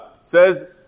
Says